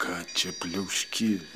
ką čia pliauški